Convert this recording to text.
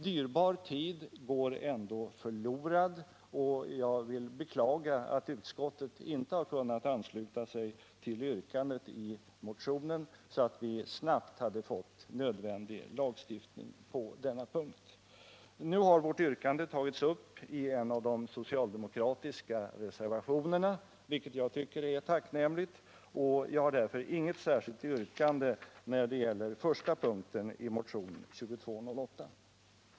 Dyrbar tid går därmed förlorad, och jag vill beklaga att utskottet inte har kunnat ansluta sig till yrkandet i motionen, så att vi snabbt hade fått nödvändig lagstiftning på denna punkt. Nu har vårt yrkande tagits upp i en av de socialdemokratiska reservationerna, vilket jag tycker är tacknämligt. Därför har jag inget särskilt yrkande när det gäller den första punkten i motionen 2208.